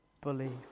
believe